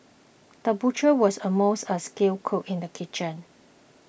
the butcher was also a skilled cook in the kitchen